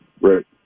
Right